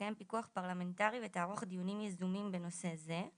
תקיים פיקוח פרלמנטרי ותערוך דיונים יזומים בנושא זה.